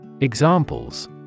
Examples